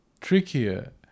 trickier